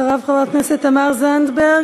אחריו, חברת הכנסת תמר זנדברג,